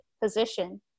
position